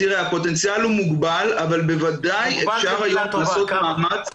הפוטנציאל מוגבל אבל בוודאי אפשר היום לעשות מאמץ.